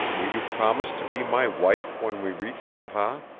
will you promise to be my wife when we reach le pas?